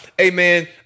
Amen